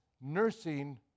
nursing